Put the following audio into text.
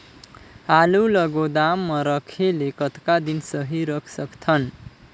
आलू ल गोदाम म रखे ले कतका दिन सही रख सकथन?